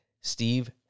Steve